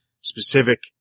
specific